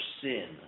sin